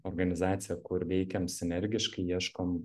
organizacija kur veikiam sinergiškai ieškom